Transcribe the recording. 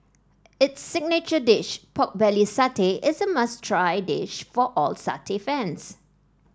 its signature dish pork belly satay is a must try dish for all satay fans